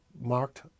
marked